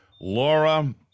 Laura